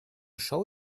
show